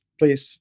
please